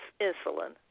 insulin